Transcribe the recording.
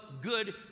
good